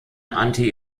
anti